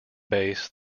base